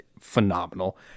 phenomenal